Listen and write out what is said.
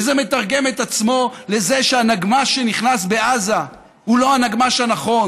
וזה מתרגם את עצמו לזה שהנגמ"ש שנכנס לעזה הוא לא הנגמש הנכון,